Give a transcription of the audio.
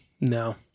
No